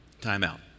Timeout